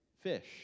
fish